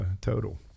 total